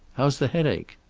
how's the headache?